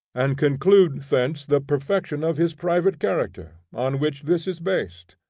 and conclude thence the perfection of his private character, on which this is based